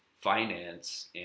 finance